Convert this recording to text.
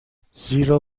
زیرا